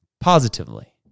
positively